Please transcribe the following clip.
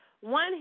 One